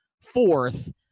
fourth